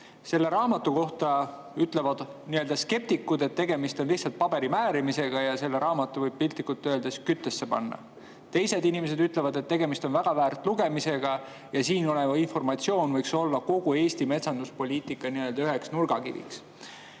Selle raamatu kohta ütlevad nii-öelda skeptikud, et tegemist on lihtsalt paberimäärimisega ja selle raamatu võiks piltlikult öeldes küttesse panna. Teised inimesed ütlevad, et tegemist on väga väärt lugemisega ja siin olev informatsioon võiks olla kogu Eesti metsanduspoliitika üheks nurgakiviks.